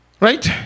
Right